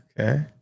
okay